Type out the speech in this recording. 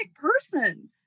person